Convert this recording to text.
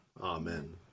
Amen